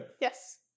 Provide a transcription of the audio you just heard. yes